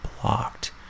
blocked